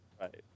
Right